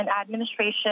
Administration